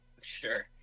Sure